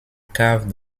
caves